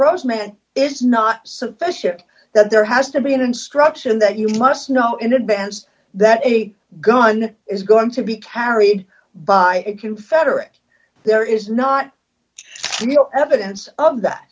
rose man is not sufficient that there has to be an instruction that you must know in advance that a gun is going to be carried by confederate there is not real evidence of that